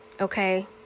Okay